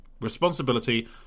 responsibility